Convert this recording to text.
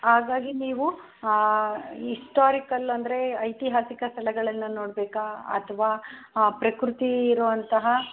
ಹಾಗಾಗಿ ನೀವು ಹಿಸ್ಟಾರಿಕಲ್ ಅಂದರೆ ಐತಿಹಾಸಿಕ ಸ್ಥಳಗಳನ್ನು ನೋಡಬೇಕಾ ಅಥವಾ ಪ್ರಕೃತಿ ಇರುವಂತಹ